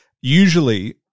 usually –